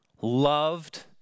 loved